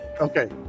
okay